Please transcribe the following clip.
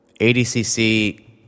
ADCC